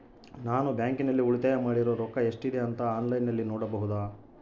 ನಾನು ಬ್ಯಾಂಕಿನಲ್ಲಿ ಉಳಿತಾಯ ಮಾಡಿರೋ ರೊಕ್ಕ ಎಷ್ಟಿದೆ ಅಂತಾ ಆನ್ಲೈನಿನಲ್ಲಿ ನೋಡಬಹುದಾ?